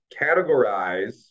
categorize